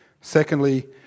Secondly